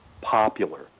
popular